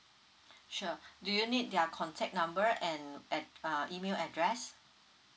sure do you need their contact number and at uh email address